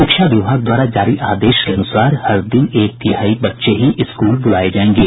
शिक्षा विभाग द्वारा जारी आदेश के अनुसार हर दिन एक तिहाई बच्चे ही स्कूल बुलाये जायेंगे